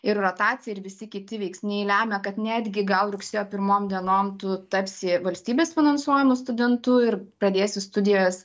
ir rotacija ir visi kiti veiksniai lemia kad netgi gal rugsėjo pirmom dienom tu tapsi valstybės finansuojamu studentu ir pradėsi studijas